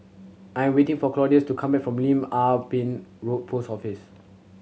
I'm waiting for Claudius to come back from Lim Ah Pin Road Post Office